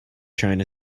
china